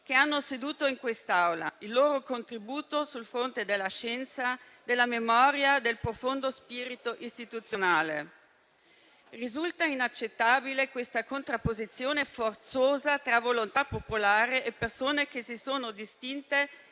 che hanno seduto in quest'Aula, con il loro contributo sul fronte della scienza, della memoria e del profondo spirito istituzionale. Risulta inaccettabile questa contrapposizione forzosa tra volontà popolare e persone che si sono distinte